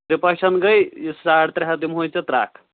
تِرٛپَشَن گٔے یہِ ساڑ ترٛےٚ ہَتھ دِمہوے ژےٚ ترٛکھ